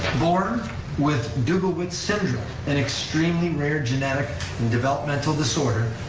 born with dubowitz syndrome, an extremely rare genetic and developmental disorder,